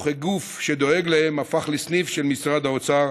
וכגוף שדואג להם, הפך לסניף של משרד האוצר.